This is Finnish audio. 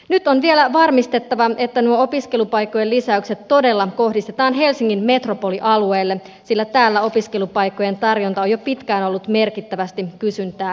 nyt on vielä varmistettava että nuo opiskelupaikkojen lisäykset todella kohdistetaan helsingin metropolialueelle sillä täällä opiskelupaikkojen tarjonta on jo pitkään ollut merkittävästi kysyntää heikompaa